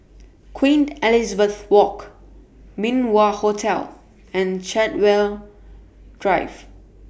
Queen Elizabeth Walk Min Wah Hotel and Chartwell Drive